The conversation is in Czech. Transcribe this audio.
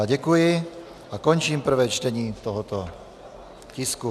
Děkuji a končím prvé čtení tohoto tisku.